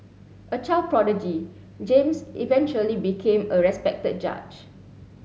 a child prodigy James eventually became a respected judge